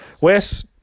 Wes